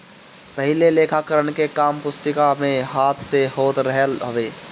पहिले लेखाकरण के काम पुस्तिका में हाथ से होत रहल हवे